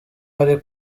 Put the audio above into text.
ari